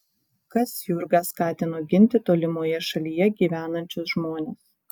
kas jurgą skatino ginti tolimoje šalyje gyvenančius žmones